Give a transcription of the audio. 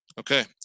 Okay